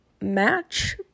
match